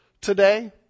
today